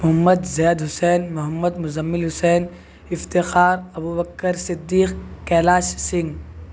Muhammad Zaid Hussain Muhammad Muzammil Hussain Iftikhar Abubakar Siddique Kailash Singh